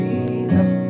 Jesus